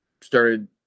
started